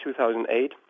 2008